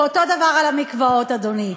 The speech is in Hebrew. ואותו הדבר על המקוואות, אדוני.